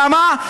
למה?